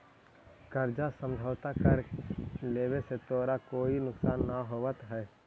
कर्जा समझौता कर लेवे से तोरा कोई नुकसान न होतवऽ